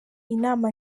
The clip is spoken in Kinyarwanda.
inama